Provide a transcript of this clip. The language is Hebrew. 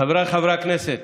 חבריי חברי הכנסת,